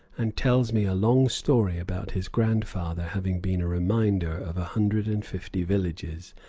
and tells me a long story about his grandfather having been a reminder of a hundred and fifty villages,